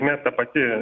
ne ta pati